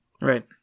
Right